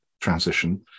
transition